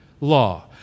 Law